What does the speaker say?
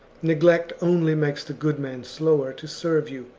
neglect only makes the good man slower to serve you,